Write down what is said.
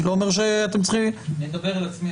אני לא אומר שאתם צריכים --- אני מדבר על עצמי,